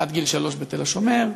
עד גיל שלוש בתל השומר,